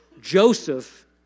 Joseph